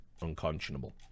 unconscionable